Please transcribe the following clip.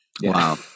Wow